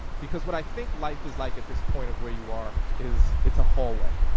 because what i think life is like at this point of where you are is, it's a hallway.